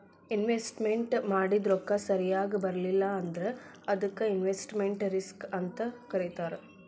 investment ಮಾಡಿದ್ ರೊಕ್ಕ ಸರಿಯಾಗ್ ಬರ್ಲಿಲ್ಲಾ ಅಂದ್ರ ಅದಕ್ಕ ಇನ್ವೆಸ್ಟ್ಮೆಟ್ ರಿಸ್ಕ್ ಅಂತ್ ಕರೇತಾರ